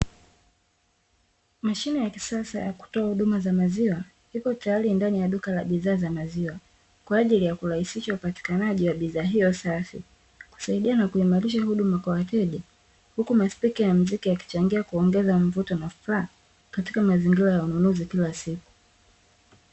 Mashine ya kisasa ya kutoa huduma za maziwa, ipo tayari ndani ya duka la bidhaa za maziwa, kwa ajili ya kurahisisha upatikanaji wa bidhaa hiyo safi, kusaidia na kuimarisha huduma kwa wateja, huku maspika ya mziki yakichangia kuongeza mvuto na furaha, katika mazingira ya ununuzi kila siku.